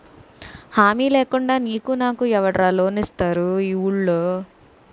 హామీ లేకుండా నీకు నాకు ఎవడురా లోన్ ఇస్తారు ఈ వూళ్ళో?